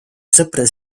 sõprade